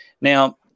now